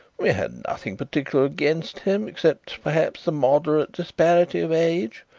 we had nothing particular against him, except, perhaps, the moderate disparity of age,